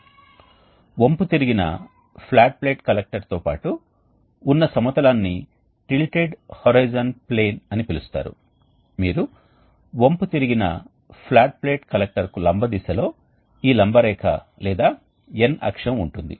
ఈ డిజైన్లో మేము రోటరీ రీజెనరేటర్ని పొందాము రోటరీ రీజెనరేటర్లు చాలా సాధారణం మళ్లీ వేడి ప్రవాహం నుండి ఉష్ణ శక్తిని సంగ్రహించడం మరియు దానిని దర్శకత్వం చేయడం లేదా చల్లని ప్రవాహానికి జమ చేయడం కోసం పునరుత్పత్తి చేయబడతాయి మరియు ఈ రీజెనరేటర్ స్పష్టంగా మేము చెప్పినట్లుగా ఇది మాతృక మరియు ఇది ఒక వృత్తాకార ఆకారం లో ఉంది కానీ మనం దగ్గరగా చూస్తే మాతృకలో మార్గాలు ఉన్నాయి